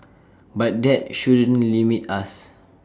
but that shouldn't limit us